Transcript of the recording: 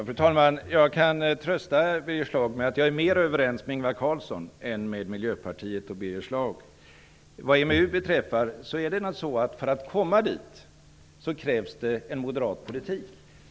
Fru talman! Jag kan trösta Birger Schlaug med att jag är mer överens med Ingvar Carlsson än med Miljöpartiet och Birger Schlaug. För att komma med i EMU krävs det naturligtvis en moderat politik.